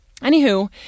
anywho